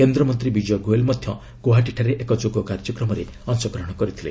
କେନ୍ଦ୍ରମନ୍ତ୍ରୀ ବିଜୟ ଗୋଏଲ୍ ମଧ୍ୟ ଗୌହାଟୀଠାରେ ଏକ ଯୋଗ କାର୍ଯ୍ୟକ୍ରମରେ ଅଂଶଗ୍ରହଣ କରିଥିଲେ